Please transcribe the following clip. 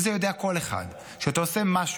ואת זה יודע כל אחד: כשאתה עושה משהו